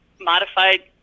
modified